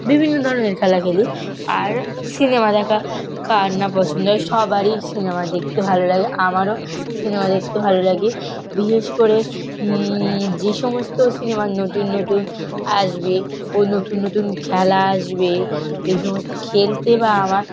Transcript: বিভিন্ন ধরনের খেলা খেলি আর সিনেমা দেখা কার না পছন্দ সবারই সিনেমা দেখতে ভালো লাগে আমারও সিনেমা দেখতে ভালো লাগে বিশেষ করে যে সমস্ত সিনেমা নতুন নতুন আসবে ও নতুন নতুন খেলা আসবে এই সমস্ত খেলতে বা আমার